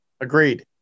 Agreed